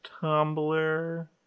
Tumblr